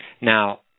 Now